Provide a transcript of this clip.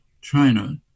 China